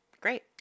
Great